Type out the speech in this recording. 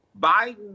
Biden